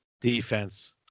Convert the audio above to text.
defense